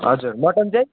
हजुर मटन चाहिँ